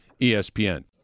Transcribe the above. ESPN